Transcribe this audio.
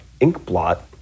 inkblot